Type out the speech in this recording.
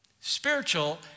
Spiritual